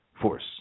force